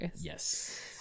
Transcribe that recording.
Yes